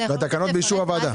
והתקנות הן באישור הוועדה?